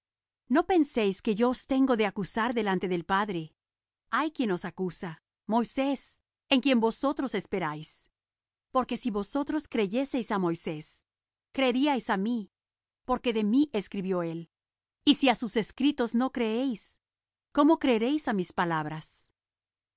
no penséis que yo os tengo de acusar delante del padre hay quien os acusa moisés en quien vosotros esperáis porque si vosotros creyeseis á moisés creeríais á mí porque de mí escribió él y si á sus escritos no creéis cómo creeréis á mis palabras